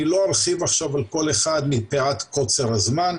אני לא ארחיב על כל אחד מפאת קוצר הזמן.